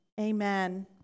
Amen